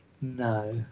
No